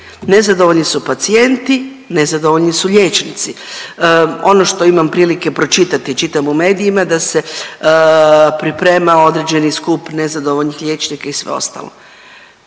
nezadovoljni su pacijenti, nezadovoljni su liječnici. Ono što imam prilike pročitati čitam u medijima da se priprema određeni skup nezadovoljnih liječnika i sve ostalo,